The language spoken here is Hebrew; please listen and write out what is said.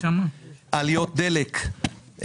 עליות דלק,